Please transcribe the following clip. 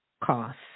costs